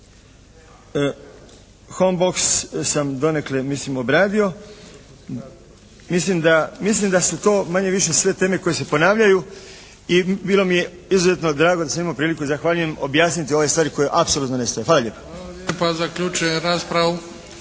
homeboks sam donekle mislim obradio. Mislim da su to manje-više sve teme koje se ponavljaju i bilo mi je izuzetno drago da sam imao priliku, zahvaljujem, objasniti ove stvari koje apsolutno ne stoje. Hvala vam